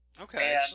Okay